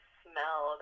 smell